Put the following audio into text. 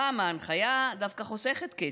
הפעם ההנחיה דווקא חוסכת כסף,